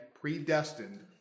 predestined